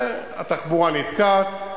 והתחבורה נתקעת,